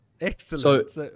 Excellent